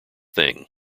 thing